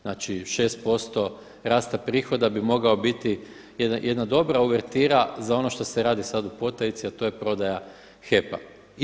Znači 6% rasta prihoda bi mogao biti jedna dobra uvertira za ono što se radi sad u potajici, a to je prodaja HEP-a.